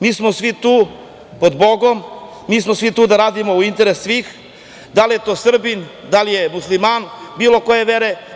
Mi smo svi tu pod Bogom, mi smo svi tu da radimo u interesu svih, da li je to Srbin, da li je musliman, bilo koje vere.